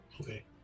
okay